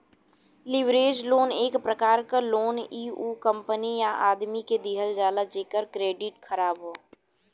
leverage loan एक प्रकार क लोन इ उ कंपनी या आदमी के दिहल जाला जेकर क्रेडिट ख़राब हौ